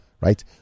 right